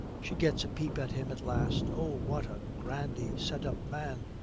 she gets a peep at him at last. oh, what a grandly set-up man!